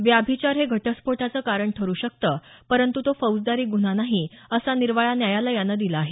व्यभिचार हे घटस्फोटाचं कारण ठरू शकतं परंतु तो फौजदारी गुन्हा नाही असा निर्वाळा न्यायालयानं दिला आहे